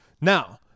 Now